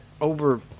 over